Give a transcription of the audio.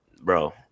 bro